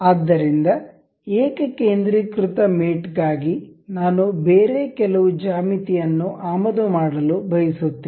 ಆದ್ದರಿಂದ ಏಕಕೇಂದ್ರೀಕೃತ ಮೇಟ್ ಗಾಗಿ ನಾನು ಬೇರೆ ಕೆಲವು ಜ್ಯಾಮಿತಿ ಯನ್ನು ಆಮದು ಮಾಡಲು ಬಯಸುತ್ತೇನೆ